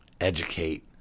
educate